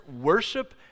worship